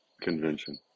convention